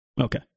Okay